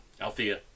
Althea